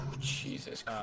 Jesus